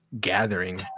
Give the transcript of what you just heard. gathering